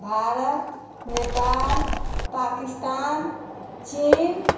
भारत नेपाल पाकिस्तान चीन